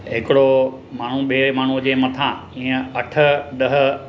हिकिड़ो माण्हू ॿिए माण्हूअ जे मथां ईअं अठ ॾह